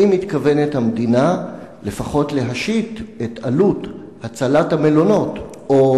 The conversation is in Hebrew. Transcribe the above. האם מתכוונת המדינה לפחות להשית את עלות הצלת המלונות או